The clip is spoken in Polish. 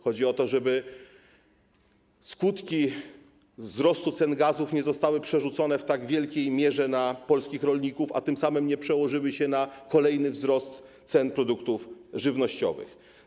Chodzi o to, żeby skutki wzrostu cen gazu nie zostały przerzucone w tak wielkiej mierze na polskich rolników, a tym samym nie przełożyły się na kolejny wzrost cen produktów żywnościowych.